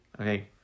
Okay